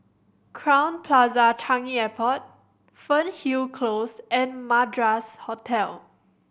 Crowne Plaza Changi Airport Fernhill Close and Madras Hotel